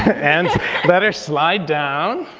and let her slide down,